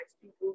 people